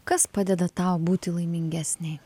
kas padeda tau būti laimingesnei